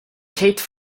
kate